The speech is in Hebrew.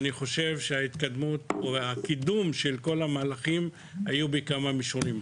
אני חושב שקידום כל המהלכים היה בכמה מישורים: